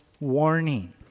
warning